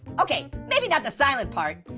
okay, maybe not the silent part.